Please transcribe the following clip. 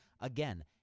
Again